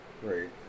Great